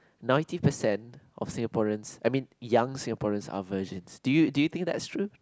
ninety percent of Singaporeans I mean young Singaporeans are virgins do you do you think that's true